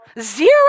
Zero